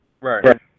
Right